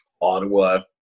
Ottawa